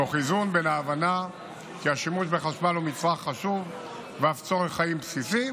תוך איזון בין ההבנה כי השימוש בחשמל הוא מצרך חשוב ואף צורך חיים בסיסי